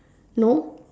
no